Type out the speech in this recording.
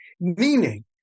meaning